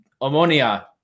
Ammonia